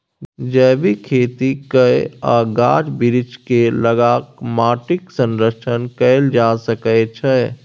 जैबिक खेती कए आ गाछ बिरीछ केँ लगा माटिक संरक्षण कएल जा सकै छै